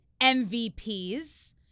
MVPs